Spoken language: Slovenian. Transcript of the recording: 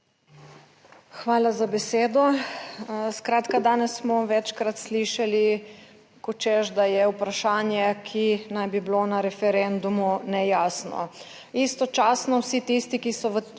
Hvala za besedo. Skratka, danes smo večkrat slišali kot, češ, da je vprašanje, ki naj bi bilo na referendumu, nejasno, istočasno vsi tisti, ki so v